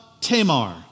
Tamar